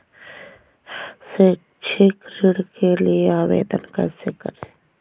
शैक्षिक ऋण के लिए आवेदन कैसे करें?